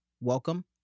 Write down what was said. welcome